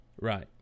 Right